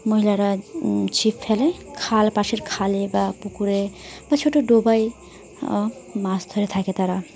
মহিলারা ছিপ ফেলে খাল পাশের খালে বা পুকুরে বা ছোটো ডোবায় মাছ ধরে থাকে তারা